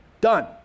done